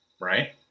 right